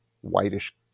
whitish